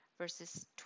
Verses